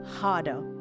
harder